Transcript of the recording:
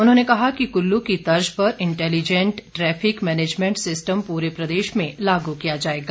उन्होंने कहा कि कुल्लू की तर्ज पर इंटैलिजेंट ट्रैफिक मैनेजमेंट सिस्टम पूरे प्रदेश में लागू किया जाएगा